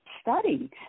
study